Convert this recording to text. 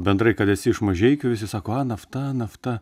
bendrai kad esi iš mažeikių visi sako a nafta nafta